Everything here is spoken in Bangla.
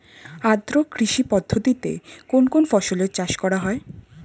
আদ্র কৃষি পদ্ধতিতে কোন কোন ফসলের চাষ করা হয়?